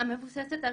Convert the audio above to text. המבוססת על